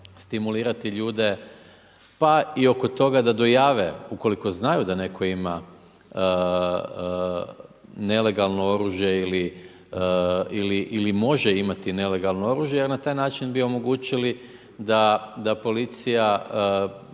stimulirati ljude pa i oko toga da dojave, ukoliko znaju da netko ima nelegalno oružje ili može imati nelegalno oružje, jer na taj način bi omogućili da policija